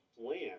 land